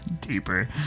Deeper